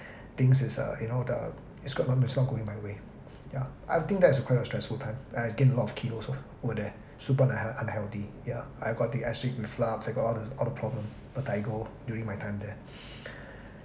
things is uh you know the is not is not going my way ya I think that is quite a stressful time and I've gained a lot of kilos ov~ over there super unheal~ unhealthy ya I got the acid reflux I got all the all the problem vertigo during my time there